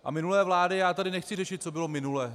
A minulé vlády já tady nechci řešit, co bylo minule.